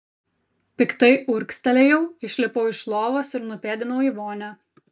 piktai urgztelėjau išlipau iš lovos ir nupėdinau į vonią